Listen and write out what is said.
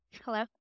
Hello